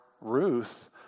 Ruth